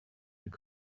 you